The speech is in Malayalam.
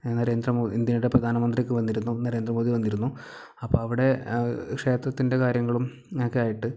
നരേന്ദ്രമോദി ഇന്ത്യയുടെ പ്രധാനമന്ത്രിയൊക്കെ വന്നിരുന്നു നരേന്ദ്രമോദി വന്നിരുന്നു അപ്പം അവിടെ ക്ഷേത്രത്തിൻ്റെ കാര്യങ്ങളും ഒക്കെ ആയിട്ട്